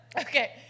Okay